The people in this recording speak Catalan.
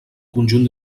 conjunt